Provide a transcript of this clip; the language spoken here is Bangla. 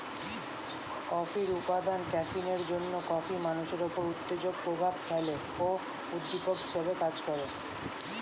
কফির উপাদান ক্যাফিনের জন্যে কফি মানুষের উপর উত্তেজক প্রভাব ফেলে ও উদ্দীপক হিসেবে কাজ করে